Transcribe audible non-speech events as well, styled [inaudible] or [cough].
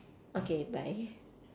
okay bye [laughs]